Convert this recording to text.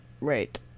Right